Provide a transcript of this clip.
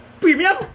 Premium